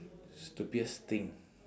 stupidest thing